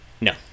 No